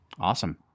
Awesome